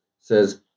Says